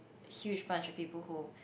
huge bunch of people who